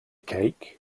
cake